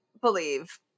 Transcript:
believe